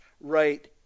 right